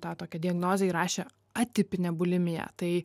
tą tokią diagnozę įrašė atipinė bulimija tai